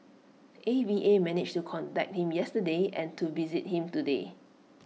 A V A managed to contact him yesterday and to visit him today